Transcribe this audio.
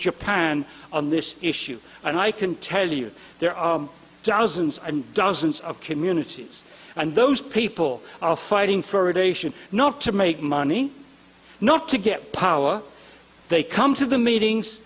japan on this issue and i can tell you there are dozens and dozens of communities and those people are fighting for it ation not to make money not to get power they come to the meetings